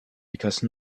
because